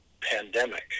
pandemic